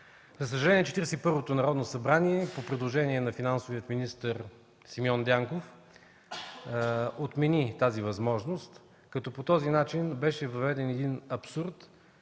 и първото Народно събрание по предложение на финансовия министър Симеон Дянков отмени тази възможност, като по този начин беше въведен един абсурд,